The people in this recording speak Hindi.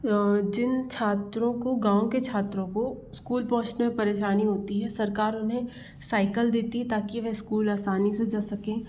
जिन छात्रों को गाँव के छात्रों को स्कूल पहुँचने में परेशानी होती है सरकार उन्हें साइकल देती है ताकि वो इस्कूल आसानी से जा सके